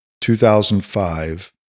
2005